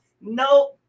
No